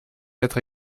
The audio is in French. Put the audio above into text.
être